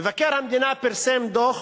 מבקר המדינה פרסם דוח,